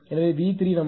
எனவே V3 நமக்கு 0